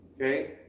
Okay